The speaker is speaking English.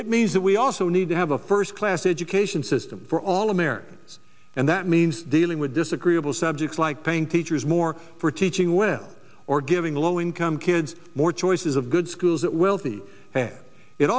it means that we also need to have a first class education system for all americans and that means dealing with disagreeable subjects like paying teachers more for teaching well or giving low income kids more choices of good schools that wealthy pay it